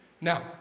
Now